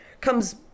comes